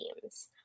teams